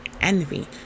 envy